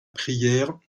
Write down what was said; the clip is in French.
prière